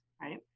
right